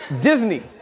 Disney